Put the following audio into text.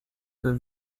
der